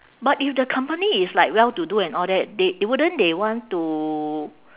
but if the company is like well-to-do and all that they wouldn't they want to